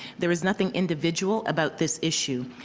there is nothing individual about this issue.